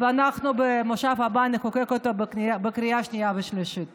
ואנחנו במושב הבא נחוקק אותו בקריאה שנייה ושלישית.